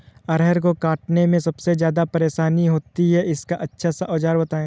अरहर को काटने में सबसे ज्यादा परेशानी होती है इसका अच्छा सा औजार बताएं?